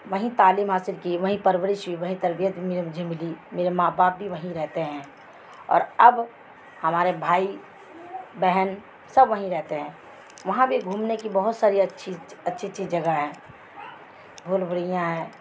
وہیں تعلیم حاصل کی وہیں پرورش ہوئی وہیں تربیت م مجھے ملی میرے ماں باپ بھی وہیں رہتے ہیں اور اب ہمارے بھائی بہن سب وہیں رہتے ہیں وہاں بھی گھومنے کی بہت ساری اچھی اچھی اچھی جگہ ہیں بھول بھولیاں ہیں